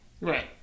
Right